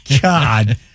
God